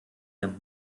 and